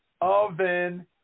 oven